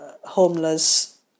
Homeless